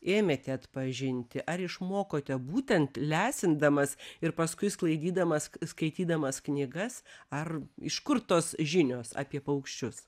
ėmėte atpažinti ar išmokote būtent lesindamas ir paskui sklaidydamas skaitydamas knygas ar iš kur tos žinios apie paukščius